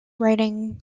writing